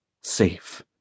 Safe